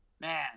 Man